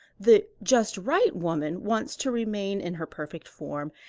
the just right woman wants to remain in her perfect form,